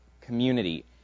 Community